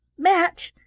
match!